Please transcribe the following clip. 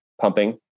pumping